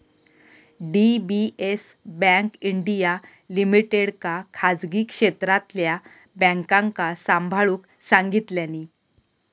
DBS bank India लिमिटेडका खासगी क्षेत्रातल्या बॅन्कांका सांभाळूक सांगितल्यानी